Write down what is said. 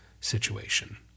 situation